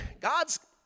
God's